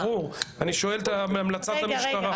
ברור, אני שואל מה המלצת המשטרה.